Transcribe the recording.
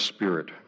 Spirit